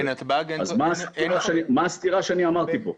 מה הסתירה שאני אמרתי פה?